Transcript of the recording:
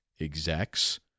Execs